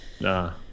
Nah